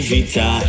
Vita